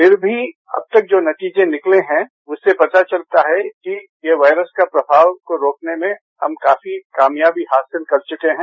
फिर भी अभी तक जो नतीजे निकले है उससे पता चलता है कि ये वायरस का प्रभाव रोकने में हमें काफी कामयाबी हासिल कर चुके हैं